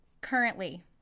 Currently